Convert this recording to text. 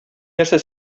нәрсә